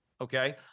Okay